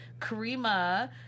Karima